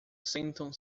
sentam